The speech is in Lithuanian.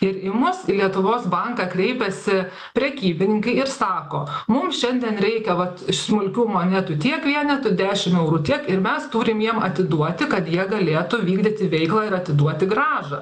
ir į mus į lietuvos banką kreipiasi prekybininkai ir sako mums šiandien reikia vat smulkių monetų tiek vienetų dešim eurų tiek ir mes turim jiem atiduoti kad jie galėtų vykdyti veiklą ir atiduoti grąžą